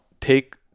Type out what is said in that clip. take